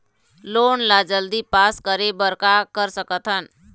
Loan ला जल्दी pass करे बर का कर सकथन?